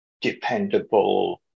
dependable